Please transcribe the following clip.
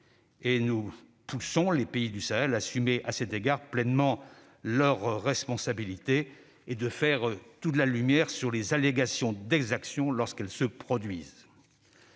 nous poussons les pays du Sahel à assumer pleinement leurs responsabilités et à faire toute la lumière sur les allégations d'exactions lorsqu'elles se produisent.